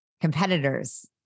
Competitors